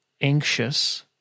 anxious